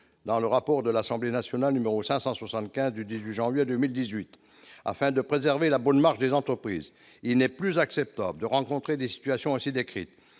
dans le rapport de l'Assemblée nationale numéro 575 du 18 janvier 2018 afin de préserver la bonne marche des entreprises, il n'est plus acceptable de rencontrer des situations assez décrites